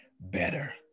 better